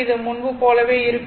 இது முன்பு போலவே இருக்கும்